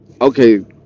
okay